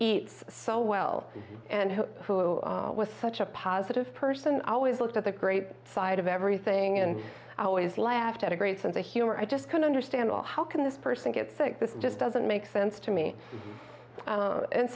eats so well and who was such a positive person always looked at the great side of everything and i always laughed at a great sense of humor i just can't understand how can this person get sick this just doesn't make sense to me